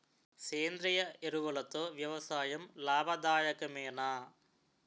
సేంద్రీయ ఎరువులతో వ్యవసాయం లాభదాయకమేనా?